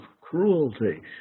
cruelty